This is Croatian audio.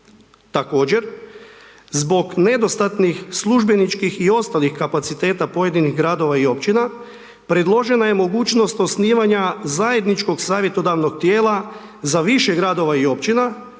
Također zbog nedostatnih službeničkih i ostalih kapaciteta pojedinih gradova i općina, predložena je mogućnost osnivanja zajedničkog savjetodavnog tijela za više gradova i općina,